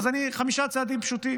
חמישה צעדים פשוטים,